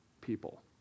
people